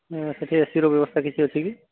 ନା ସେଠି ଏସିର ବ୍ୟବସ୍ଥା କିଛି ଅଛି କି